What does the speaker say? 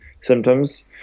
symptoms